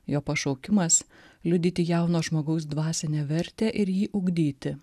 jo pašaukimas liudyti jauno žmogaus dvasinę vertę ir jį ugdyti